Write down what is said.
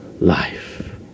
life